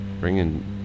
bringing